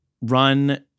run